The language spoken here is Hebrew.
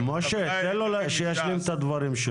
משה, תן לו שישלים את הדברים שלו.